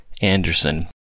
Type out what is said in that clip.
Anderson